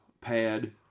pad